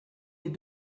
les